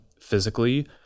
physically